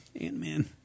Ant-Man